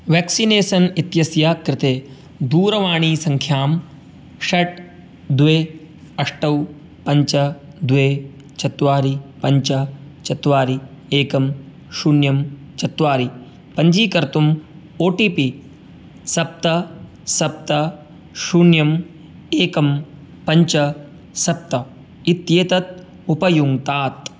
vaccination इत्यस्य कृते दूरवाणीसङ्ख्यां षट् द्वे अष्टौ पञ्च द्वे चत्वारि पञ्च चत्वारि एकं शून्यं चत्वारि पञ्जीकर्तुम् ओटिपि सप्त सप्त शून्यम् एकं पञ्च सप्त इत्येतत् उपयुङ्क्तात्